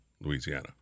Louisiana